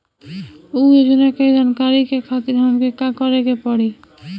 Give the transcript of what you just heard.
उ योजना के जानकारी के खातिर हमके का करे के पड़ी?